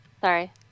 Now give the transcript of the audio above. sorry